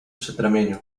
przedramieniu